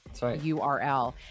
URL